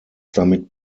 damit